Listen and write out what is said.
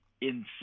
insane